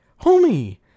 homie